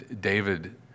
David